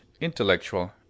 intellectual